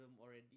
already